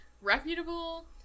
reputable